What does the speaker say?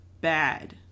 Bad